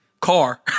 Car